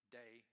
day